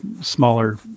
smaller